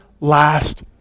last